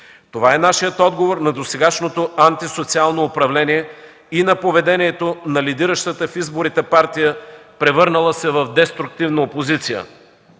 Това е нашият отговор на досегашното антисоциално управление и на поведението на лидиращата в изборите партия, превърнала се в деструктивна опозиция.